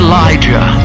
Elijah